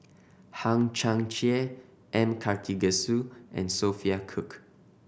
Hang Chang Chieh M Karthigesu and Sophia Cooke